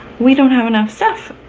we don't have enough stuff,